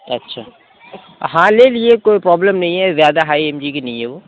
اچھا ہاں لے لیے کوئی پرابلم نہیں ہے زیادہ ہائی ایم جی کی نہیں ہے وہ